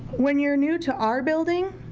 when you're new to our building,